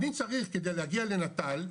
אני צריך כדי להגיע לנט"ל,